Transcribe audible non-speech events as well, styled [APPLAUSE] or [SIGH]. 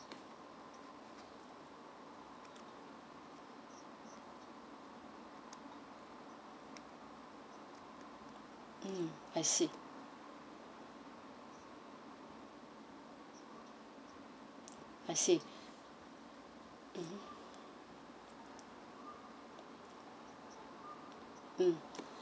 mm I see I see mmhmm mm [BREATH]